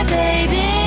baby